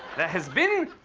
there has been.